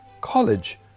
College